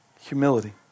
humility